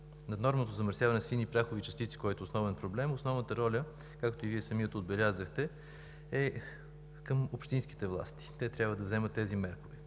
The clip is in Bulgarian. наднорменото замърсяване с фини прахови частици, което е основен проблем, основната роля, както и Вие самият отбелязахте, е към общинските власти. Те трябва да вземат тези мерки.